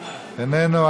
איננו,